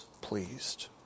pleased